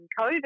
COVID